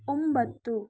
ಒಂಬತ್ತು